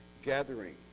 gathering